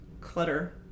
clutter